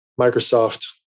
Microsoft